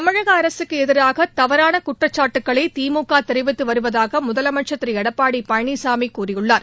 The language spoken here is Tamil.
தமிழகஅரசுக்குஎதிராகதவறானகுற்றச்சாட்டுக்களைதிமுகதெரிவித்துவருவதாகமுதலமைச்சர் திருஎடப்பாடிபழனிசாமிகூறியுள்ளார்